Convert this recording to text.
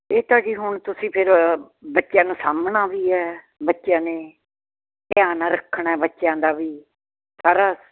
ਇਹ ਤਾਂ ਜੀ ਹੁਣ ਤੁਸੀਂ ਫਿਰ ਬੱਚਿਆਂ ਨੂੰ ਸਾਂਭਣਾ ਵੀ ਹੈ ਬੱਚਿਆਂ ਨੇ ਧਿਆਨ ਨਾਲ ਰੱਖਣਾ ਬੱਚਿਆਂ ਦਾ ਵੀ ਸਾਰਾ